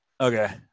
Okay